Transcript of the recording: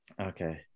Okay